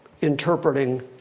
interpreting